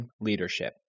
leadership